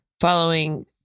following